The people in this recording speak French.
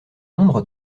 nombre